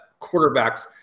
quarterbacks